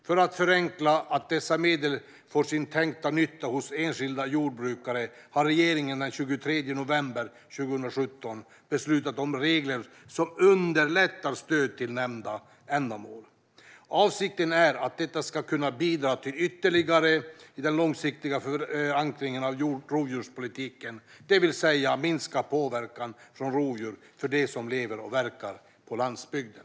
För att förenkla att dessa medel får sin tänkta nytta hos enskilda jordbrukare beslutade regeringen den 23 november 2017 om regler som underlättar stöd till nämnda ändamål. Avsikten är att detta ska kunna bidra ytterligare i den långsiktiga förankringen av rovdjurspolitiken, det vill säga minska påverkan från rovdjur för dem som lever och verkar på landsbygden.